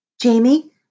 Jamie